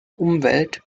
umwelt